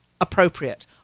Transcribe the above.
appropriate